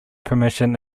permission